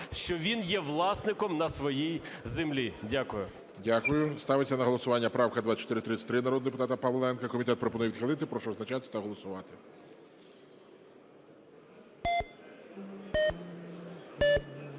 що він є власником на своїй землі. Дякую. ГОЛОВУЮЧИЙ. Дякую. Ставиться на голосування правка 2433 народного депутата Павленка. Комітет пропонує відхилити. Прошу визначатися та голосувати.